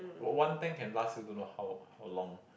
one one tank can last you don't know how how long